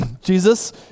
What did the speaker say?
Jesus